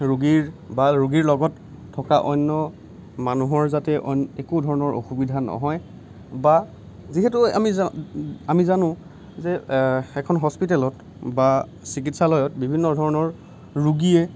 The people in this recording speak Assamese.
ৰোগীৰ বা ৰোগীৰ লগত থকা অন্য় মানুহৰ যাতে অইন একো ধৰণৰ অসুবিধা নহয় বা যিহেতু আমি জা আমি জানো যে এখন হস্পিতালত বা চিকিৎসালয়ত বিভিন্ন ধৰণৰ ৰোগীয়ে